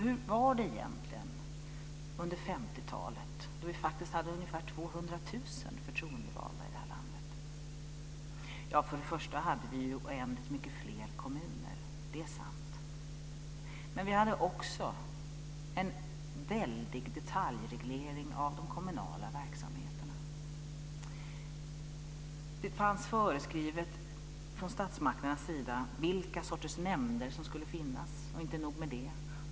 Hur var det egentligen under 50-talet då vi faktiskt hade ungefär 200 000 förtroendevalda i det här landet? För det första hade vi oändligt mycket fler kommuner, det är sant. Men vi hade också en väldig detaljreglering av de kommunala verksamheterna. Det fanns föreskrivet från statsmakternas sida vilka sorters nämnder som skulle finnas. Inte nog med det.